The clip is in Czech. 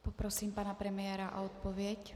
Poprosím pana premiéra o odpověď.